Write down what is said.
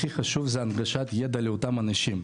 הכי חשוב זה הנגשת ידע לאותם אנשים,